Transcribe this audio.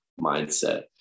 mindset